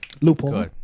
Loophole